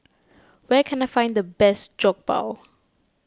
where can I find the best Jokbal